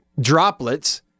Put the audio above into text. droplets